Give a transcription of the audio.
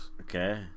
Okay